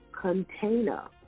container